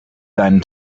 deinen